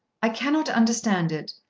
i cannot understand it.